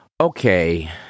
Okay